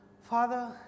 Father